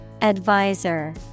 Advisor